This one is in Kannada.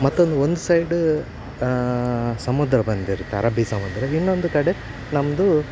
ಮತ್ತೊಂದು ಒಂದು ಸೈಡ್ ಸಮುದ್ರ ಬಂದಿರುತ್ತೆ ಅರಬ್ಬಿ ಸಮುದ್ರ ಇನ್ನೊಂದು ಕಡೆ ನಮ್ಮದು